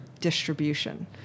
distribution